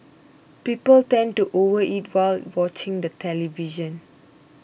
people tend to overeat while watching the television